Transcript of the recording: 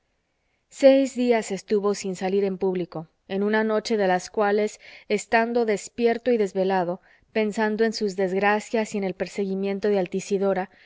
seis días estuvo sin salir en público en una noche de las cuales estando despierto y desvelado pensando en sus desgracias y en el perseguimiento de altisidora